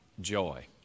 joy